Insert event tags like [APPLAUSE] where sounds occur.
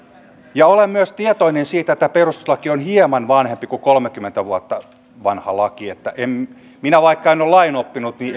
ja olen tietoinen myös siitä että perustuslaki on hieman vanhempi kuin kolmekymmentä vuotta vanha laki vaikka minä en ole lainoppinut niin [UNINTELLIGIBLE]